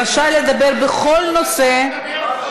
רשאי לדבר בכל נושא,